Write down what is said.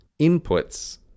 inputs